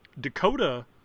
Dakota